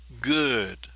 good